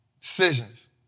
decisions